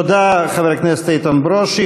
תודה, חבר הכנסת איתן ברושי.